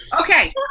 Okay